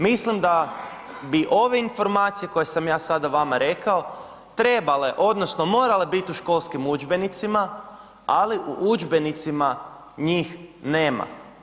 Mislim bi ove informacije koje sam ja sada vama rekao trebale odnosno morale biti u školskim udžbenicima, ali u udžbenicima njih nema.